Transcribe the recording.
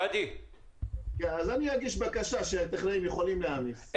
אני אגיש בקשה שהטכנאים יוכלו להעמיס.